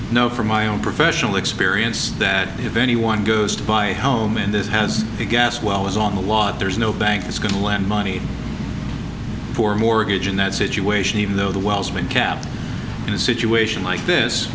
know from my own professional experience that if anyone goes to buy a home and this has a gas well is on the lot there's no bank is going to lend money for a mortgage in that situation even though the wells been kept in a situation like this